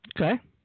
Okay